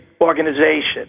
organization